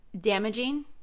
damaging